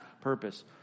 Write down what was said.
purpose